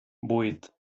vuit